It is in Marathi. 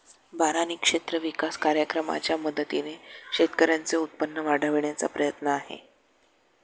बारानी क्षेत्र विकास कार्यक्रमाच्या मदतीने शेतकऱ्यांचे उत्पन्न वाढविण्याचा प्रयत्न आहे